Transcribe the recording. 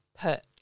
put